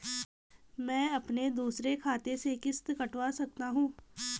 मैं अपने दूसरे खाते से किश्त कटवा सकता हूँ?